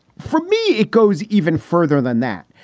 for me, it goes even further than that,